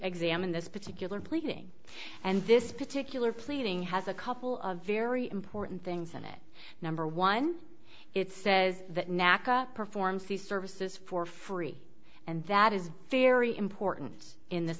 examine this particular pleading and this particular pleading has a couple of very important things in it number one it says that natca performs these services for free and that is very important in this